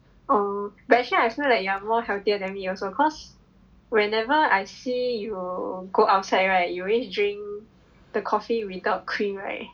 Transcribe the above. oh but actually I feel like you're more healthier than me also cause whenever I see you go outside right you always drink the coffee without cream right